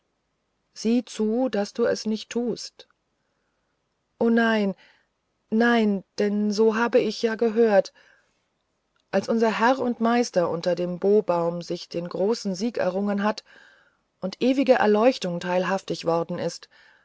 sieh zu daß du es nicht tust o nein nein denn so habe ich ja gehört als unser herr und meister unter dem bobaum sich den großen sieg errungen hatte und ewiger erleuchtung teilhaft geworden war